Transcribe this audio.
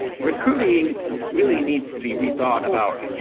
recruiting really needs to be rethought about,